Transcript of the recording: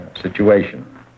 situation